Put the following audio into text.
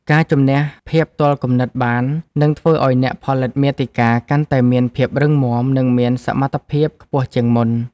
ការជម្នះភាពទាល់គំនិតបាន នឹងធ្វើឱ្យអ្នកផលិតមាតិកាកាន់តែមានភាពរឹងមាំ និងមានសមត្ថភាពខ្ពស់ជាងមុន។